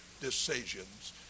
decisions